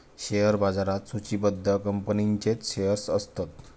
share बाजारात सुचिबद्ध कंपनींचेच शेअर्स असतत